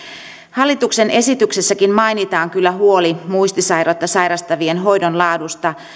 hallituksen esityksessäkin mainitaan kyllä huoli muistisairautta sairastavien hoidon laadusta